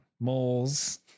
Moles